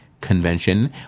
convention